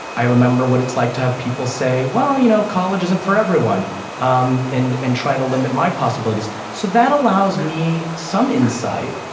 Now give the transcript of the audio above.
i remember what it's like to have people say well you know college isn't for everyone um and and try to limit my possibilities. so that allows me some insight